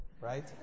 right